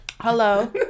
Hello